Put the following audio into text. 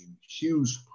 huge